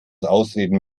ausreden